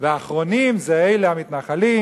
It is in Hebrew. והאחרונים, הם אלה המתנחלים